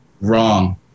wrong